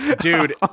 Dude